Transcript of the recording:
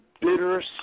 bitter